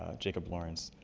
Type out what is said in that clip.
ah jacob lawrence.